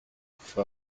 fue